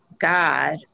God